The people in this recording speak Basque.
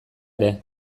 ere